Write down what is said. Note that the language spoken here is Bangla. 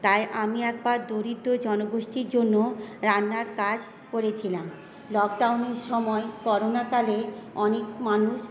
তাই আমি একবার দরিদ্র জনগোষ্ঠীর জন্য রান্নার কাজ করেছিলাম লকডাউনের সময়ে করোনাকালে অনেক মানুষ